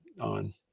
on